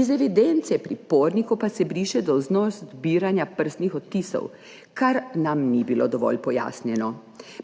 Iz evidence pripornikov pa se briše dolžnost zbiranja prstnih odtisov, kar nam ni bilo dovolj pojasnjeno.